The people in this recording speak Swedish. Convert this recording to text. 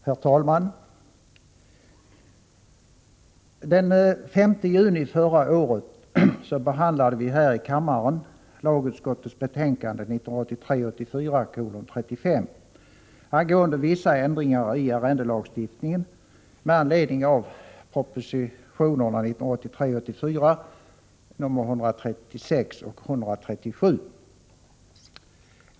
Herr talman! Den 5 juni förra året behandlade vi här i kammaren lagutskottets betänkande 1983 84:136 och 137.